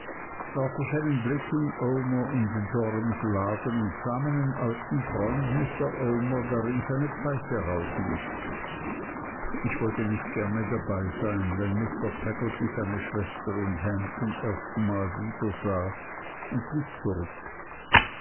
einen blick in omer jorams laden und sah meinen alten freund mr omer drin seine pfeife rauchen ich wollte nicht gern dabei sein wenn mr peggotty seine schwester und ham zum ersten mal wiedersah und blieb zurück